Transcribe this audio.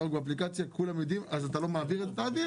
תעביר.